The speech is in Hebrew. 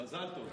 מזל טוב.